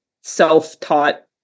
self-taught